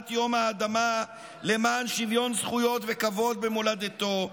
יום האדמה למען שוויון זכויות וכבוד במולדתו.